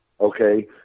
okay